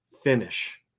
finish